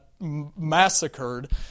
massacred